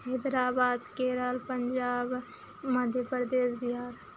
Hyderabad Kerala Punjab Madhya Pradesh Bihar